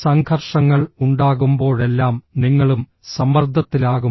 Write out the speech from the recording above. സംഘർഷങ്ങൾ ഉണ്ടാകുമ്പോഴെല്ലാം നിങ്ങളും സമ്മർദ്ദത്തിലാകും